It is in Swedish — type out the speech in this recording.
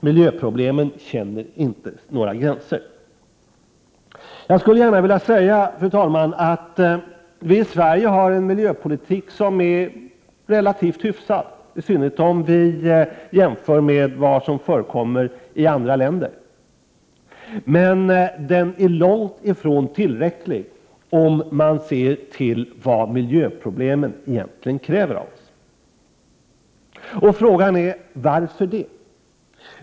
Miljöproblemen känner inga gränser. Jag skulle gärna vilja säga, fru talman, att vi i Sverige för en miljöpolitik som är relativt hyfsad, i synnerhet om vi jämför med vad som förekommer i andra länder. Men den förda politiken är långt ifrån tillräcklig, om man ser till vad miljöproblemen egentligen kräver av oss. Varför det?